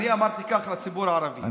אני אמרתי כך לציבור הערבי,